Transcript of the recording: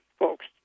Folks